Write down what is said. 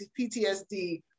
PTSD